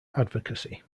advocacy